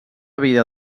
vida